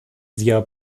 wir